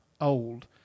old